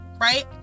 right